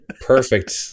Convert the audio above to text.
perfect